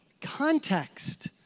context